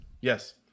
Yes